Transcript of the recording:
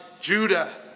Judah